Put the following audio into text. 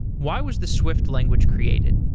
why was the swift language created?